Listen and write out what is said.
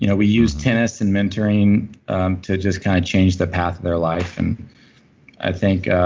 you know we use tennis and mentoring to just kind of change the path of their life. and i think